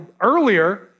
earlier